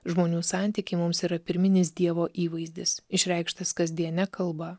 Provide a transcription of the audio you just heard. žmonių santykiai mums yra pirminis dievo įvaizdis išreikštas kasdiene kalba